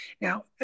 now